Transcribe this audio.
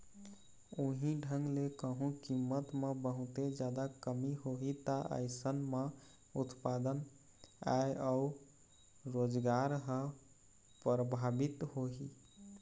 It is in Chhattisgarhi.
उहीं ढंग ले कहूँ कीमत म बहुते जादा कमी होही ता अइसन म उत्पादन, आय अउ रोजगार ह परभाबित होही